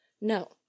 No